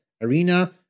arena